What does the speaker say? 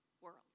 world